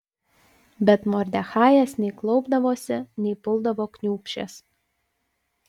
bet mordechajas nei klaupdavosi nei puldavo kniūbsčias